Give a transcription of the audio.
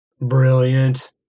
Brilliant